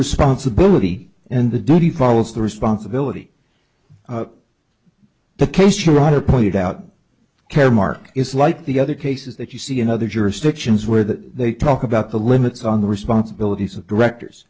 responsibility and the duty follows the responsibility of the case short or pointed out caremark is like the other cases that you see in other jurisdictions where that they talk about the limits on the responsibilities of directors